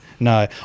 No